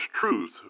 truth